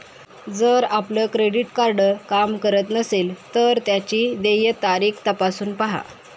जर आपलं credit card काम करत नसेल तर त्याची देय तारीख तपासून पाहा